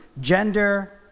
gender